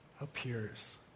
appears